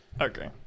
okay